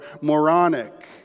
moronic